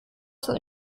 zur